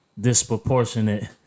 disproportionate